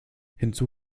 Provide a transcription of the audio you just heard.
hinzu